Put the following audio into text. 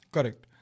Correct